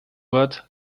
word